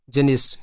Jenis